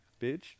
bitch